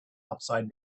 upside